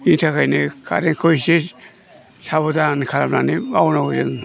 बिनि थाखायनो कारेन्टखौ एसे साबदान खालामनानै मावनांगौ जों